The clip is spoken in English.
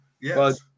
yes